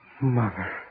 Mother